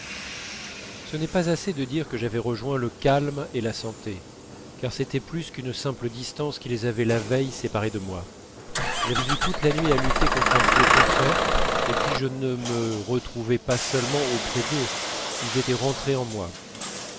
ce n'est pas assez dire que j'avais rejoint le calme et la santé car c'était plus qu'une simple distance qui les avait la veille séparés de moi j'avais eu toute la nuit à lutter contre un flot contraire et puis je ne me retrouvais pas seulement auprès d'eux ils étaient rentrés en moi